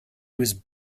was